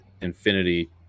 Infinity